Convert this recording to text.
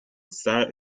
sought